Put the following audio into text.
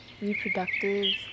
reproductive